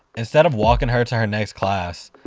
instead of walking her to her next class,